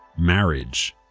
marriage.